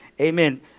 Amen